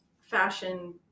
fashion